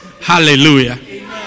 Hallelujah